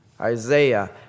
Isaiah